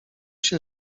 się